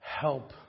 help